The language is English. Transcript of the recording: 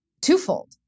twofold